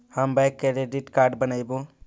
हम bank credit card बनैवो?